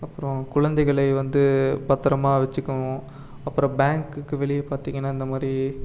அப்புறம் குழந்தைகளை வந்து பத்திரமா வச்சிக்கவும் அப்புறம் பேங்க்குக்கு வெளியே பார்த்திங்கன்னா இந்தமாதிரி